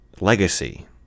legacy